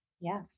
Yes